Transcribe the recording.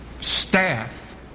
staff